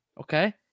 Okay